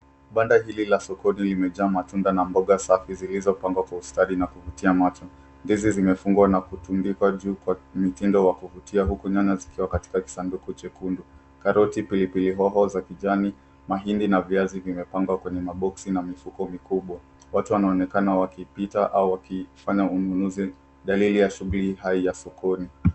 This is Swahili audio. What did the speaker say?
Banda hili la soko limejaa matunda na mboga safi zilizopangwa kwa ustadi na kuvutia macho. Ndizi zimefungwa na kutundikwa juu kwa mitindo wa kuvutia huku nyanya zikiwa katika kisanduku chekundu. Karoti, pilipili hoho za kijan, mahindi na viazi vimepangwa kenye maboksi na mifuko mikubwa. Watu wanaonekana wakipita au wakfanya ununuzi; dalili ya shughuli hai ya sokoni.